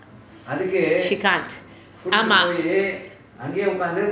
she can't ஆமாம்:aamaam